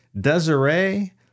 Desiree